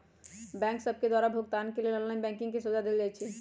bank सभके द्वारा भुगतान के लेल ऑनलाइन बैंकिंग के सुभिधा देल जाइ छै